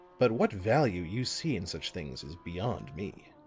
but what value you see in such things is beyond me.